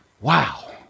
Wow